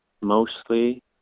mostly